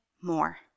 more